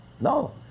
No